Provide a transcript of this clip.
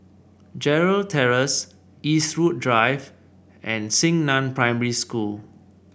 Gerald Terrace Eastwood Drive and Xingnan Primary School